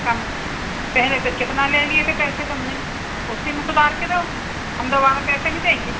कम पहले तो कितना ले लिए थे पैसे तुमने उसी में सुधार के दो हम दोबारा पैसे नहीं देंगे